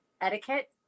etiquette